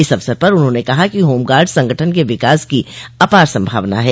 इस अवसर पर उन्होंने कहा कि होमगार्ड्स संगठन के विकास की अपार सभावना है